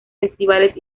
festivales